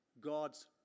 God's